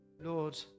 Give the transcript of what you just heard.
Lord